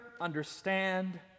understand